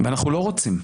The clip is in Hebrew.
ואנחנו לא רוצים.